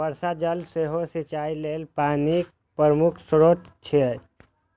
वर्षा जल सेहो सिंचाइ लेल पानिक प्रमुख स्रोत छियै